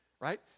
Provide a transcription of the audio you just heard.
right